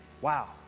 wow